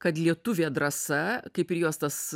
kad lietuvė drąsa kaip ir jos tas